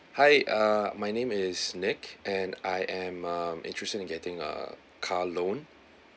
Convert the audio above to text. hi uh my name is nick and I am um interested in getting a car loan